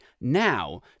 now